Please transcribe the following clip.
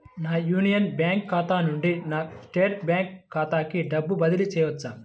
నా Union Bank ఖాతా నుండి నా స్టేట్ బ్యాంకు ఖాతాకి డబ్బు బదిలి చేయవచ్చా?